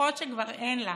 בכוחות שכבר אין לה,